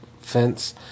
fence